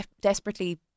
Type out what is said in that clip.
desperately